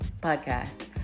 podcast